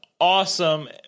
awesome